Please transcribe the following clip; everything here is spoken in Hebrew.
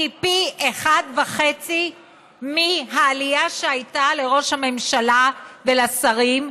היא פי אחד וחצי מהעלייה שהייתה לראש הממשלה ולשרים,